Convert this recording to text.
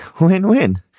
win-win